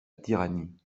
tyrannie